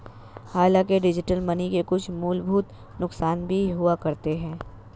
हांलाकि digital money के कुछ मूलभूत नुकसान भी हुआ करते हैं